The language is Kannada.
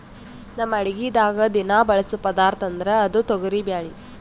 ನಮ್ ಅಡಗಿದಾಗ್ ದಿನಾ ಬಳಸೋ ಪದಾರ್ಥ ಅಂದ್ರ ಅದು ತೊಗರಿಬ್ಯಾಳಿ